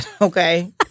Okay